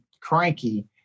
Cranky